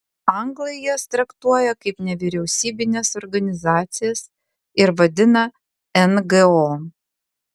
anglai jas traktuoja kaip nevyriausybines organizacijas ir vadina ngo